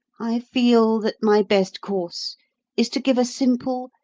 i feel that my best course is to give a simple,